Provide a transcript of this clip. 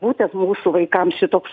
būtent mūsų vaikams šitoks